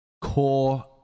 core